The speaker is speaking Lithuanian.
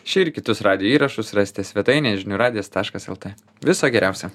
šį ir kitus radijo įrašus rasite svetainėje žinių radijas taškas lt viso geriausio